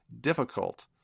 difficult